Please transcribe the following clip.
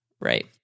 Right